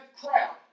crowd